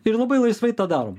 ir labai laisvai tą darom